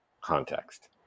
context